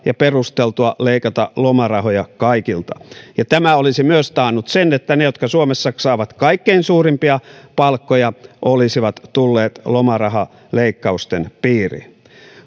ja perusteltua leikata lomarahoja kaikilta tämä olisi myös taannut sen että ne jotka suomessa saavat kaikkein suurimpia palkkoja olisivat tulleet lomarahaleikkausten piiriin